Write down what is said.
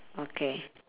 okay